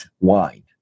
wine